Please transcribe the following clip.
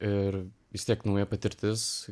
ir vis tiek nauja patirtis